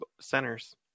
centers